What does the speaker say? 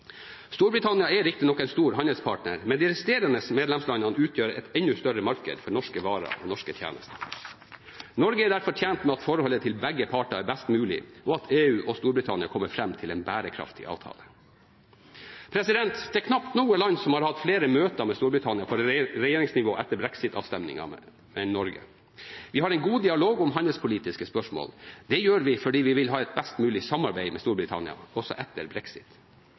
Storbritannia er riktignok en stor handelspartner, men de resterende medlemslandene utgjør et enda større marked for norske varer og tjenester. Norge er tjent med at forholdet til begge parter er best mulig, og at EU og Storbritannia kommer fram til en bærekraftig avtale. Det er knapt noe land som har hatt flere møter med Storbritannia på regjeringsnivå etter brexit-avstemningen enn Norge. Vi har en god dialog om handelspolitiske spørsmål. Det gjør vi fordi vi vil ha et best mulig samarbeid med Storbritannia også etter brexit.